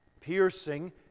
piercing